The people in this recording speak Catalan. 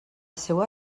seua